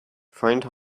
find